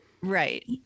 Right